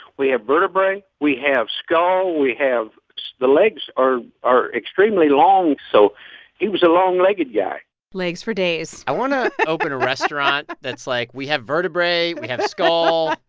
we have vertebrae. we have skull. we have the legs are are extremely long, so he was a long-legged guy legs for days i want to open a restaurant that's like we have vertebrae, we have skull,